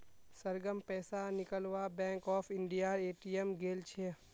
सरगम पैसा निकलवा बैंक ऑफ इंडियार ए.टी.एम गेल छ